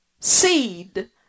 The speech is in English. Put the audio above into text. seed